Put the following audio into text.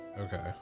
Okay